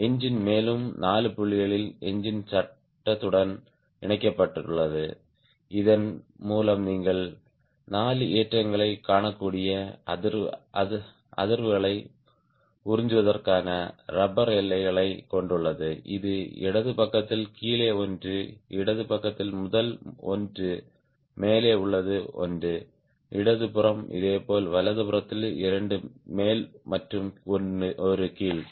engine மேலும் 4 புள்ளிகளில் engine சட்டத்துடன் இணைக்கப்பட்டுள்ளது இதன் மூலம் நீங்கள் 4 ஏற்றங்களைக் காணக்கூடிய அதிர்வுகளை உறிஞ்சுவதற்கான ரப்பர் எல்லைகளைக் கொண்டுள்ளது இது இடது பக்கத்தில் கீழே ஒன்று இடது பக்கத்தில் முதல் ஒன்று மேலே உள்ள ஒன்று இடது புறம் இதேபோல் வலதுபுறத்தில் இரண்டு மேல் மற்றும் ஒரு கீழே